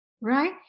right